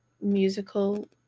musical